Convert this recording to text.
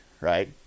right